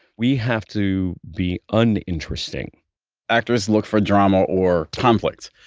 we have to be uninteresting actors look for drama or conflict.